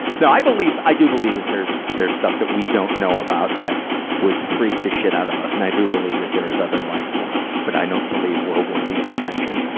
no, i believe, i do believe that there's, there's stuff that we don't know about that would freak the shit out of us. and i do believe that there is other life forms. but i don't believe we're worthy of attention.